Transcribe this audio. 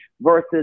versus